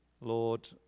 Lord